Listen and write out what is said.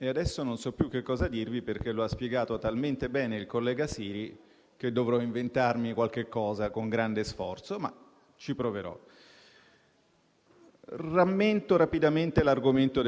Rammento rapidamente l'argomento del collega Siri. Noi, ai quali il popolo (o, almeno, una parte di esso, che